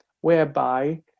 whereby